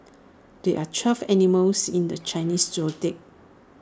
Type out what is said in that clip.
there are twelve animals in the Chinese Zodiac